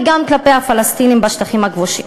וגם כלפי הפלסטינים בשטחים הכבושים.